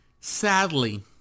Sadly